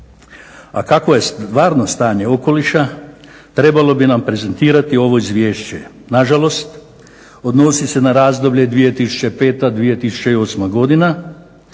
A kakvo je stvarno stanje okoliša trebalo bi nam prezentirati ovo izvješće. Na žalost odnosi se na razdoblje 2005./2008. godina.